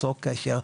ליצור קשר,